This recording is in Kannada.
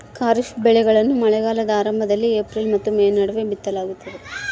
ಖಾರಿಫ್ ಬೆಳೆಗಳನ್ನ ಮಳೆಗಾಲದ ಆರಂಭದಲ್ಲಿ ಏಪ್ರಿಲ್ ಮತ್ತು ಮೇ ನಡುವೆ ಬಿತ್ತಲಾಗ್ತದ